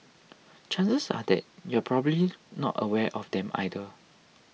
chances are that you're probably not aware of them either